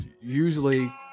usually